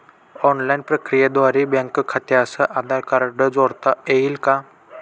Online प्रक्रियेद्वारे bank खात्यास Aadhaar card जोडता येईल का?